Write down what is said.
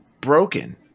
broken